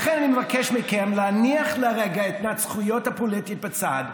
לכן אני מבקש מכם להניח לרגע את ההתנצחויות הפוליטיות בצד ולשאול,